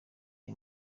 iyi